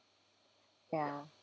ya